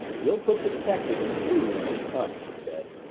we'll put the detective in the blue room when he comes, she said.